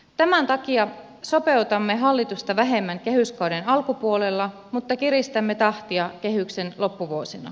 tämän takia sopeutamme hallitusta vähemmän kehyskauden alkupuolella mutta kiristämme tahtia kehyksen loppuvuosina